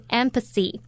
empathy